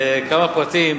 כמה פרטים.